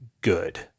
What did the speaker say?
good